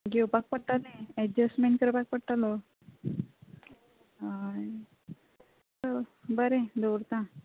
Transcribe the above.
घेवपा पडटलें एडजश्टमेंट करपा पडटलो हय चल बरें दवरतां